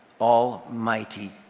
Almighty